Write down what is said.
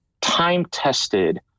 time-tested